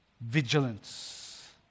vigilance